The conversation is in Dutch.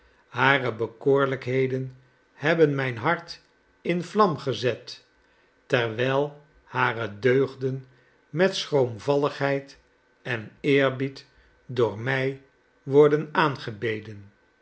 hare bekoorlijkheden hebben mljn hart in vlam gezet terwijl hare deugden met schroomvalligheid en eerbied door mij worden aangebeden